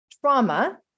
trauma